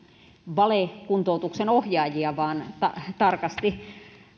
vale kuntoutuksen ohjaajia vaan tarkasti